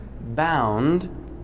bound